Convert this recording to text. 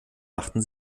machten